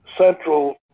central